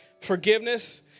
forgiveness